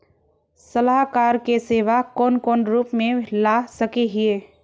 सलाहकार के सेवा कौन कौन रूप में ला सके हिये?